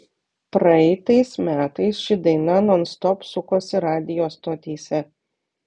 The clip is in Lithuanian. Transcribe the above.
praeitais metais ši daina nonstop sukosi radijo stotyse